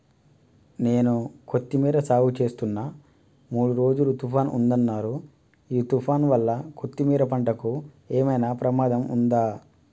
నేను కొత్తిమీర సాగుచేస్తున్న మూడు రోజులు తుఫాన్ ఉందన్నరు ఈ తుఫాన్ వల్ల కొత్తిమీర పంటకు ఏమైనా ప్రమాదం ఉందా?